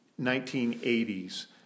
1980s